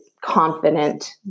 confident